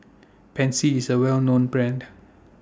Pansy IS A Well known Brand